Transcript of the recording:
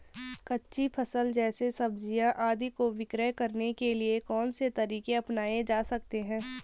कच्ची फसल जैसे सब्जियाँ आदि को विक्रय करने के लिये कौन से तरीके अपनायें जा सकते हैं?